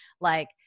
like-